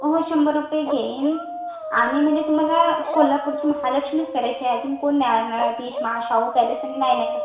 हो शंभर रुपये घेईन आणि म्हणजे तुम्हाला कोल्हापूरचं महालक्ष्मीच करायची आहे अजून कोण नाही मग हा शाहू पॅलेस आणि नाही नाही काय